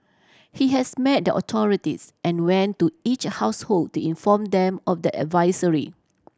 he has met the authorities and went to each household to inform them of the advisory